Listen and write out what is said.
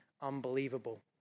unbelievable